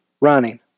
running